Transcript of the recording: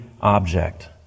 object